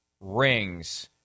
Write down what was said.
rings